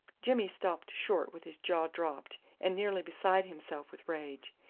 jimmy stopped short with his jaw dropped, and nearly beside himself with rage.